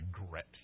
regret